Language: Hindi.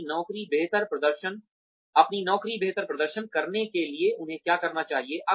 अपनी नौकरी बेहतर प्रदर्शन करने के लिए उन्हें क्या चाहिए